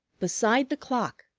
beside the clock,